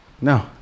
No